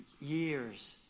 Years